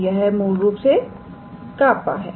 तो यह मूल रूप से कापा है